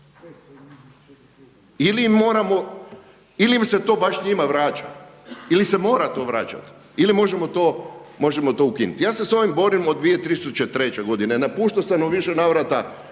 ili m se to baš njima vraća, ili se mora to vraćati, ili možemo to ukinuti? Ja se s ovim borim od 2003. godine, napuštao sam u više navrata